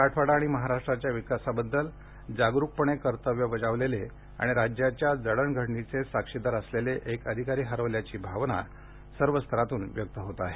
मराठवाडा आणि महाराष्ट्राच्या विकासाबद्दल जागरुकपणे कर्तव्य बजावलेले आणि राज्याच्या जडणघडणीचे साक्षीदार असलेले एक अधिकारी हरवल्याची भावना सर्वस्तरातून व्यक्त होत आहे